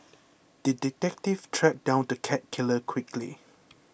the detective tracked down the cat killer quickly